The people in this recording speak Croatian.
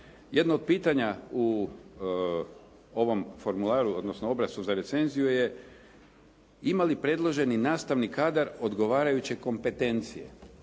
Jedno od pitanja u ovom formularu, odnosno obrascu za recenziju je ima li predloženi nastavni kadar odgovarajuće kompetencije?